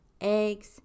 eggs